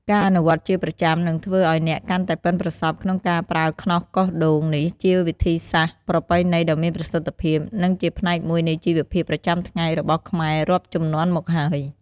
ការអនុវត្តជាប្រចាំនឹងធ្វើឱ្យអ្នកកាន់តែប៉ិនប្រសប់ក្នុងការប្រើខ្នោសកោសដូងនេះ ដែលជាវិធីសាស្ត្រប្រពៃណីដ៏មានប្រសិទ្ធភាព និងជាផ្នែកមួយនៃជីវភាពប្រចាំថ្ងៃរបស់ខ្មែររាប់ជំនាន់មកហើយ។